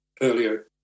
earlier